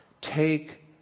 Take